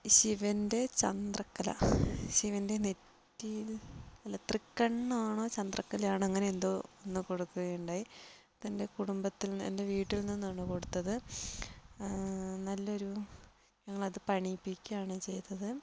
ശിവൻ്റെ ചന്ദ്രക്കല ശിവൻ്റെ നെറ്റിയിൽ അല്ല തൃക്കണ്ണാണോ ചന്ദ്രക്കലയാണോ അങ്ങെനെയെന്തോ ഒന്ന് കൊടുക്കുകയുണ്ടായി അതെൻ്റെ കുടുംബത്തിൽ നിന്ന് എൻ്റെ വീട്ടിൽ നിന്നാണ് കൊടുത്തത് നല്ലൊരു അത് പണിയിപ്പിക്കുകയാണ് ചെയ്തത്